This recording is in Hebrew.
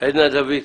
עדנה דוד,